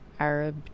arab